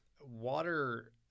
water